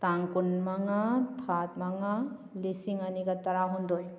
ꯇꯥꯡ ꯀꯨꯟꯃꯉꯥ ꯊꯥ ꯃꯉꯥ ꯂꯤꯁꯤꯡ ꯑꯅꯤꯒ ꯇꯔꯥꯍꯨꯝꯗꯣꯏ